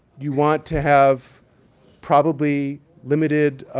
you want to have probably limited